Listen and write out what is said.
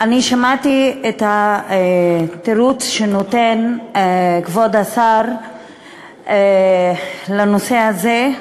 אני שמעתי את התירוץ שנותן כבוד השר לנושא הזה,